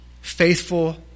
faithful